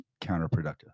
counterproductive